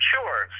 Sure